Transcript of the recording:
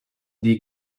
dir